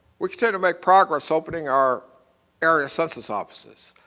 we continue to make progress opening our area census offices.